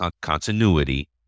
continuity